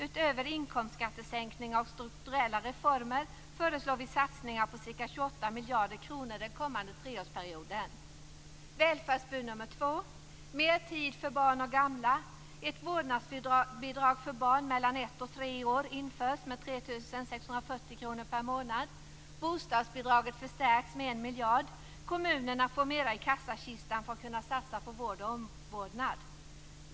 Utöver inkomstskattesänkningar och strukturella reformer föreslår vi satsningar på ca 28 miljarder kronor under den kommande treårsperioden. Välfärdsbud nummer två: mer tid för barn och gamla. Ett vårdnadsbidrag för barn mellan ett och tre år införs med 3 640 kr per månad, bostadsbidraget förstärks med 1 miljard. Kommunerna får mera i kassakistan så att de kan satsa på vård och omvårdnad.